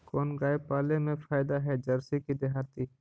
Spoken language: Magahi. कोन गाय पाले मे फायदा है जरसी कि देहाती?